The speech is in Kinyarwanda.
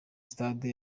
sitade